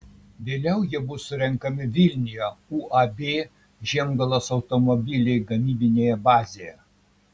vėliau jie bus surenkami vilniuje uab žiemgalos automobiliai gamybinėje bazėje